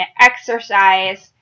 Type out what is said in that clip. exercise